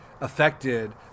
affected